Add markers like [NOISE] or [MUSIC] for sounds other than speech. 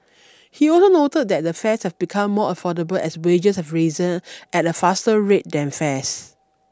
[NOISE] he also noted that the fares have become more affordable as wages have risen at a faster rate than fares